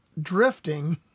drifting